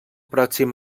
pròxim